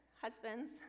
husbands